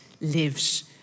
lives